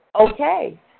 okay